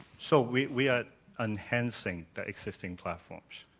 so we we are enhancing the existing platforms.